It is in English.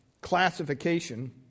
classification